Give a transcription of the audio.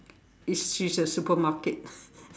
is she's a supermarket